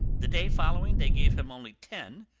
the day following they gave him only ten,